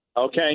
Okay